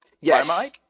Yes